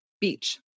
beach